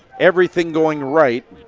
everything going right.